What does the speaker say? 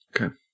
Okay